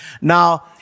Now